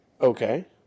okay